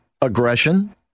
aggression